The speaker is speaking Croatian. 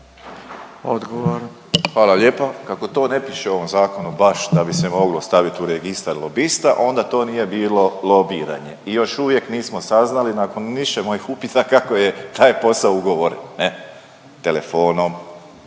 (HDZ)** Hvala lijepa. Kako to ne piše u ovom zakonu baš da bi se moglo staviti u registar lobista, onda to nije bilo lobiranje i još uvijek nismo saznali, nakon više mojih upita kako je taj posao ugovoren, ne? Telefonom,